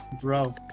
Bro